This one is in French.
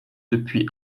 depuis